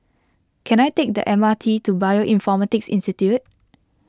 can I take the M R T to Bioinformatics Institute